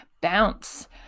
bounce